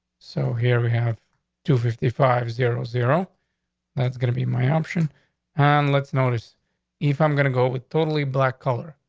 so here we have two fifty five zero zero that's gonna be my option on and let's notice if i'm gonna go with totally black color.